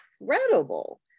incredible